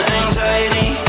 anxiety